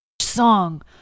song